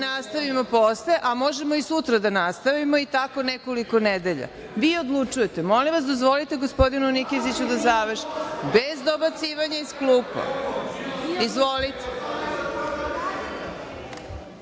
nastavimo posle, a možemo i sutra da nastavimo i tako nekoliko nedelja, vi odlučujete. Molim vas dozvolite gospodinu Nikeziću da završi. Bez dobacivanja iz klupa. Izvolite.